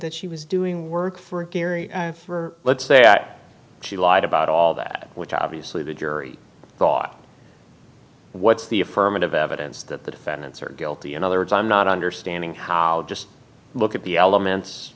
that she was doing work for gary for let's say that she lied about all that which obviously the jury thought what's the affirmative evidence that the defendants are guilty in other words i'm not understanding how just look at the elements